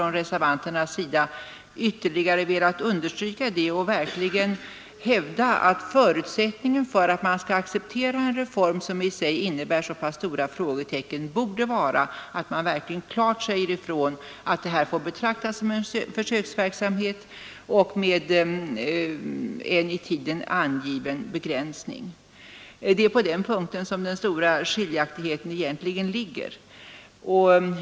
Vi har från reservanternas sida ytterligare velat understryka det och hävdar att förutsättningen för att man skall acceptera en reform, för vilken man kan sätta så stora frågetecken, borde vara att det verkligen klart sägs ifrån att detta betraktas som en försöksverksamhet med en i tiden angiven begränsning. Det är på den punkten som den stora skiljaktigheten egentligen ligger.